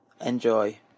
Enjoy